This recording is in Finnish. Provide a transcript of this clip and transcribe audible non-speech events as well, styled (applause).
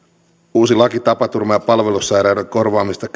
uusi laki tapaturman ja palvelussairauden korvaamisesta (unintelligible)